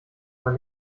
man